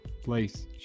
place